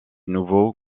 nouveau